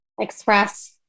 express